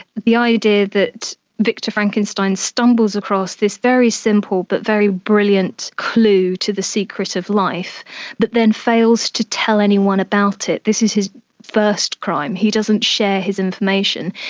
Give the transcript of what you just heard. the idea that victor frankenstein stumbles across this very simple but very brilliant clue to the secret of life but then fails to tell anyone about it. this is his first crime, he doesn't share his information,